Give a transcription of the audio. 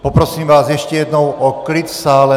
Poprosím vás ještě jednou o klid v sále.